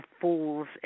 fool's